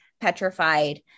petrified